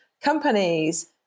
companies